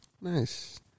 Nice